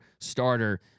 starter